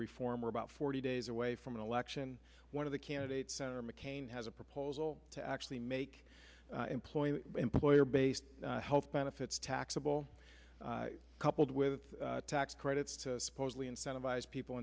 reform are about forty days away from an election one of the candidates senator mccain has a proposal to actually make employee employer based health benefits taxable coupled with tax credits to supposedly incentivize people